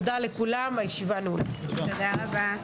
לכולם, הישיבה נעולה, תודה רבה.